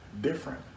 different